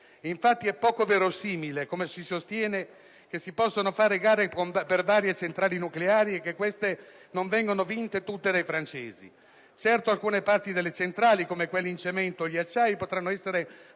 Infatti, è poco verosimile, come si sostiene, che si possano fare gare per varie centrali nucleari e che queste non vengano vinte tutte dai francesi. Certo, alcune parti delle centrali, come quelle in cemento o gli acciai, potranno essere